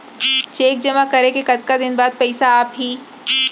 Cheque जेमा करें के कतका दिन बाद पइसा आप ही?